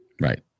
right